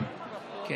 תודה